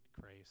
grace